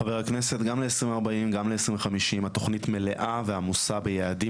חבר הכנסת גם ל-2040 גם ל-2050 התוכנית מלאה ועמוסה ביעדים